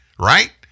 right